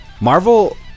Marvel